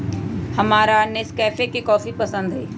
हमरा नेस्कैफे के कॉफी पसंद हई